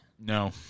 No